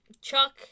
Chuck